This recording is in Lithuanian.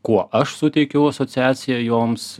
kuo aš suteikiau asociaciją joms